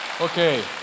Okay